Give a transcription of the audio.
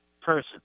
person